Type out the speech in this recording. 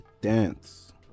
Dance